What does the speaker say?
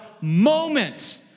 moment